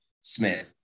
Smith